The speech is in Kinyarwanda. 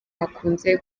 hakunze